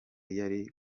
yari